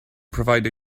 provide